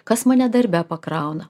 kas mane darbe pakrauna